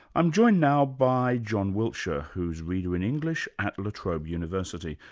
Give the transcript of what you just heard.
i'm joined now by john wiltshire, who's reader in english at la trobe university.